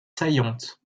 saillantes